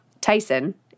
Tyson